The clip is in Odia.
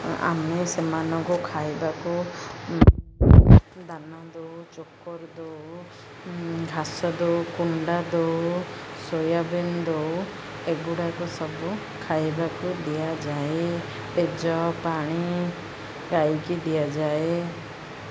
ଆମେ ସେମାନଙ୍କୁ ଖାଇବାକୁ ଦାନା ଦେଉ ଚୋକଡ଼ ଘାସ ଦେଉ କୁଣ୍ଡା ଦେଉ ସୋୟାବିନ୍ ଦେଉ ଏଗୁଡ଼ାକ ସବୁ ଖାଇବାକୁ ଦିଆଯାଏ ପେଜ ପାଣି ଗାଈକି ଦିଆଯାଏ